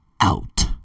out